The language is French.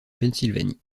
pennsylvanie